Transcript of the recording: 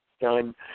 done